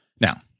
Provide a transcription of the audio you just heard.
Now –